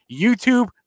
YouTube